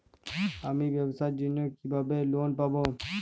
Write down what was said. আমি ব্যবসার জন্য কিভাবে লোন পাব?